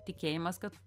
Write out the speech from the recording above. tikėjimas kad